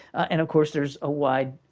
and of course, there's a wide,